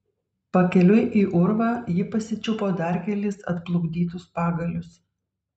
pakeliui į urvą ji pasičiupo dar kelis atplukdytus pagalius